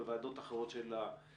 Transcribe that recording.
אלא גם בוועדות אחרות של הכנסת.